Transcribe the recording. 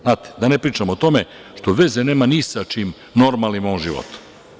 Znate, da ne pričam o tome, a što veze nema ni sa čim normalnim u ovom životu.